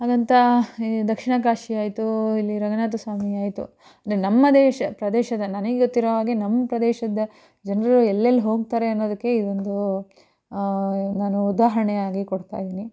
ಹಾಗಂತ ಈ ದಕ್ಷಿಣ ಕಾಶಿ ಆಯಿತು ಇಲ್ಲಿ ರಂಗನಾಥ ಸ್ವಾಮಿ ಆಯಿತು ಅಂದರೆ ನಮ್ಮ ದೇಶ ಪ್ರದೇಶದ ನನಗ್ಗೊತ್ತಿರೊ ಹಾಗೆ ನಮ್ಮ ಪ್ರದೇಶದ ಜನರು ಎಲ್ಲೆಲ್ಲಿ ಹೋಗ್ತಾರೆ ಅನ್ನೋದಕ್ಕೆ ಇದೊಂದು ನಾನು ಉದಾಹರಣೆಯಾಗಿ ಕೊಡ್ತಾಯಿದ್ದೀನಿ